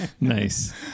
nice